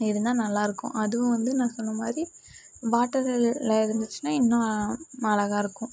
இருந்தால் நல்லா இருக்கும் அதுவும் வந்து நான் சொன்ன மாதிரி வாட்டரில் இருந்துச்சுன்னா இன்னும் அழகாக இருக்கும்